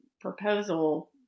proposal